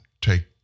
take